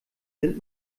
sind